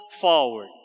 forward